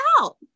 out